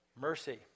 mercy